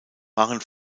waren